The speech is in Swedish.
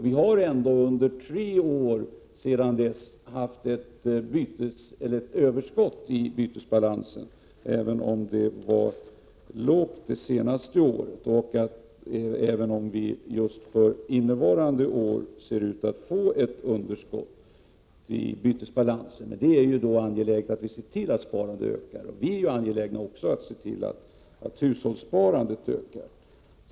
Vi har ändå under tre år sedan dess haft ett överskott i bytesbalansen — även om det var lågt det senaste året och även om vi just för innevarande år ser ut att få ett underskott i bytesbalansen. Då är det ju angeläget att se till att sparandet ökar, och vi är också angelägna att se till att hushållssparandet ökar.